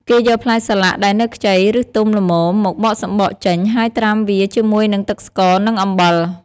គេយកផ្លែសាឡាក់ដែលនៅខ្ចី ឬទុំល្មម មកបកសំបកចេញ ហើយត្រាំវាជាមួយនឹងទឹកស្ករនិងអំបិល។